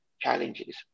challenges